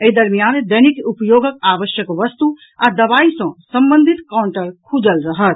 एहि दरमियान दैनिक उपयोगक आवश्यक वस्तु आ दवाई सॅ संबंधित काउंटर खुजल रहत